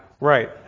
Right